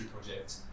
project